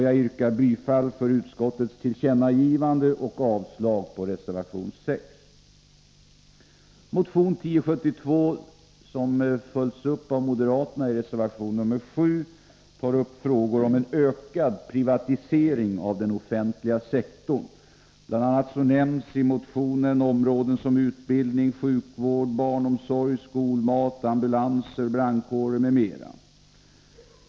Jag yrkar bifall till utskottets förslag och avslag på reservation 6. Motion 1072, som följs upp av moderaterna i reservation 7, tar upp frågor om en ökad privatisering av den offentliga sektorn. Bl. a. nämns i motionen områden som utbildning, sjukvård, barnomsorg, skolmat, ambulanser, brandkårer m.m.